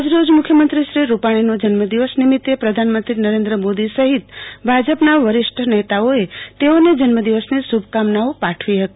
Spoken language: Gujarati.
આજરોજ મુખ્યમંત્રી શ્રી રૂપાણીનો જન્મદિવસ નિમિતે પ્રધાનમંત્રી નરેન્દ્ર મોદી સહિત ભાજપ ના વરિષ્ઠ નેતાઓએ તેઓને જન્મદિવસની શુભકામનાઓ પાઠવી હતી